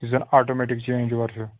یُس زَن automatic change اَور ہیٛوٗ